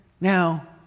Now